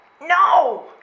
no